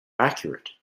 accurate